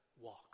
walk